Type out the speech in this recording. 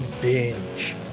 Binge